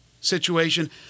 situation